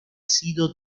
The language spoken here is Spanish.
sido